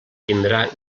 tindrà